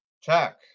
Check